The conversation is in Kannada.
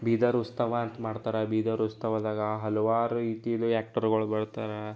ಬೀದರ್ ಉತ್ಸವ ಅಂತ ಮಾಡ್ತಾರೆ ಬೀದರ್ ಉತ್ಸವದಾಗ ಹಲವಾರು ಇದು ಆ್ಯಕ್ಟರ್ಗಳು ಬರ್ತಾರೆ